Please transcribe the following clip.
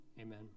Amen